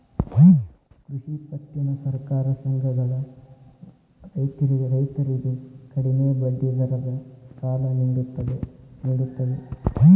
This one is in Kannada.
ಕೃಷಿ ಪತ್ತಿನ ಸಹಕಾರ ಸಂಘಗಳ ರೈತರಿಗೆ ಕಡಿಮೆ ಬಡ್ಡಿ ದರದ ಸಾಲ ನಿಡುತ್ತವೆ